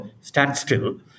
standstill